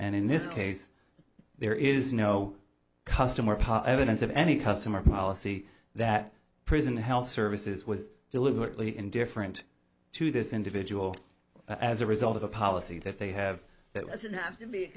and in this case there is no customer evidence of any customer policy that prison health services was deliberately indifferent to this individual as a result of the policy that they have that doesn't have to be